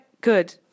good